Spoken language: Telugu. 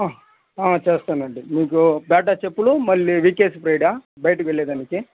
చేస్తాను అండి మీకు బాటా చెప్పులు మళ్ళీ వికేసి ప్రైడా బయటకి వెళ్ళేదానికి